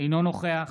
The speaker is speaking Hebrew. אינו נוכח